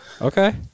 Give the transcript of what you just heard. Okay